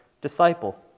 disciple